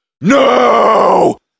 No